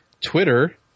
Twitter